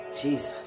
Jesus